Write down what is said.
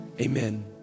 amen